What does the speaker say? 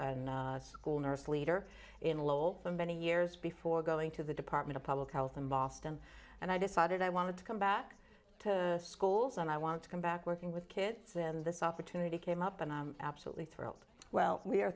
and school nurse leader in lowell for many years before going to the department of public health in boston and i decided i wanted to come back to schools and i want to come back working with kids in this opportunity came up and i absolutely thrilled well we're